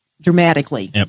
dramatically